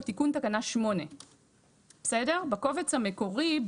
הוא תיקון תקנה 8. בקובץ המקורי,